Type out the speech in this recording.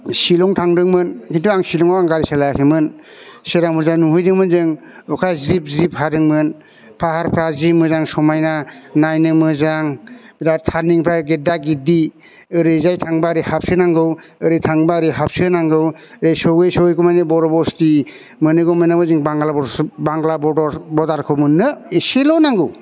सिलं थांदोंमोन किन्तु आं सिलंआव आं गारि सालायाखैमोन सिगाङाव जा नुहैदोंमोन जों अखाया जिब जिब हादोंमोन पाहारफ्रा जि मोजां समायना नायनो मोजां बिराद टारनिंफ्रा गेदा गेदि ओरैजाय थांबा ओरै हाबसोनांगौ ओरै थांबा ओरै हाबसोनांगौ ओरै सहै सहैगौमानि बर' बस्ति मोनहैगौ मानि जों बांगाल बरदारसो बांग्ला बरदारखौ मोन्नो एसेल' नांगौ